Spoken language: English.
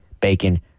Bacon